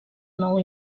nou